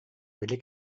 били